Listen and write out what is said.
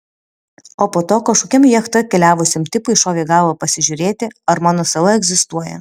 o po to kažkokiam jachta keliavusiam tipui šovė į galvą pasižiūrėti ar mano sala egzistuoja